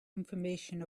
information